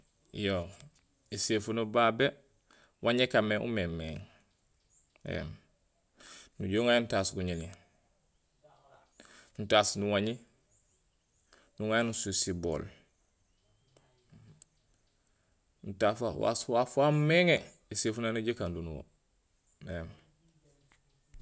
Yoo éséfuno babé wanja ékaamé umémééŋ éém, nujuhé uŋaar yo nutaas guñéni, nutaas nuwañi, nuŋayo nusuus sibool, nutaas waaf wamééŋé, éséfuno néjuhé ékando nuwo éém